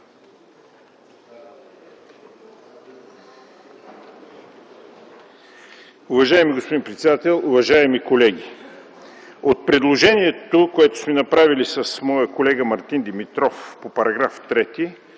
Уважаеми господин председател, уважаеми колеги! От предложението, което сме направили с моя колега Мартин Димитров по § 3,